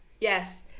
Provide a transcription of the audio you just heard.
Yes